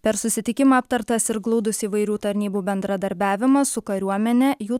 per susitikimą aptartas ir glaudus įvairių tarnybų bendradarbiavimas su kariuomene jų